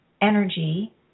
energy